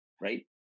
right